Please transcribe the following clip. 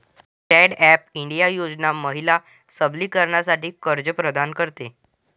stand up India योजना महिला सबलीकरणासाठी कर्ज प्रदान करते